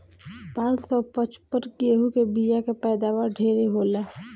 पान सौ पचपन गेंहू के बिया के पैदावार ढेरे होला